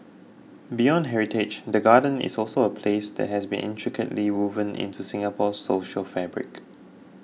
beyond heritage the Gardens is also a place that has been intricately woven into Singapore's social fabric